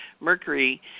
Mercury